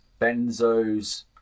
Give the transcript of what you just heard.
benzos